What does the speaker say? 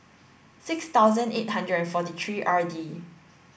six thousand eight hundred and forty three R D